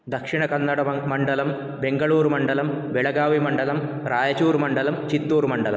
दक्षिणकन्नडम् मण्डलं बेङ्गलुरमण्डलं बेलगावीमण्डलं रायचूर्मण्डलं चित्तूर्मण्डलम्